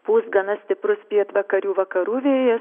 pūs gana stiprus pietvakarių vakarų vėjas